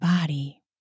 body